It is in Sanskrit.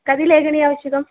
कति लेखन्यः आवश्यकम्